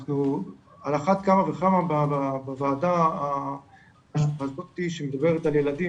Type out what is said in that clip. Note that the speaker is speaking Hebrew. אנחנו על אחת כמה וכמה בוועדה הזאת שמדברת על ילדים,